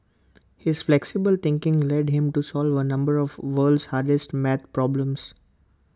his flexible thinking led him to solve A number of world's hardest math problems